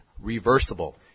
reversible